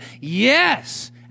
Yes